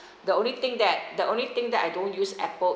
the only thing that the only thing that I don't use apple